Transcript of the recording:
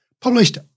published